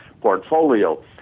portfolio